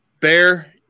Bear